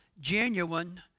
genuine